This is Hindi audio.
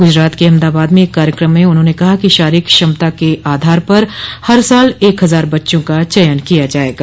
गुजरात के अहमदाबाद में एक कार्यक्रम में उन्होंने कहा कि शारीरिक क्षमता के आधार पर हर साल एक हजार बच्चों का चयन किया जाएगा